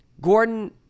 Gordon